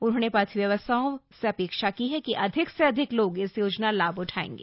उन्होंने पथ व्यवसायों से अपेक्षा की है कि अधिक से अधिक लोग इस योजना लाभ उठाएंगे